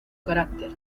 carácter